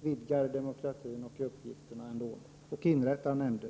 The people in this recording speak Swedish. vidgas och att uppgifterna utökas genom att man inrättar nämnder.